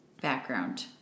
background